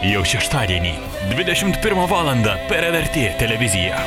jau šeštadienį dvidešimt pirmą valandą per lrt televiziją